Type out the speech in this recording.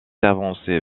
avancé